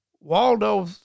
Waldo